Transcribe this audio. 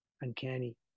uncanny